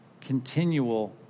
continual